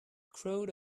crowd